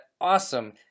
awesome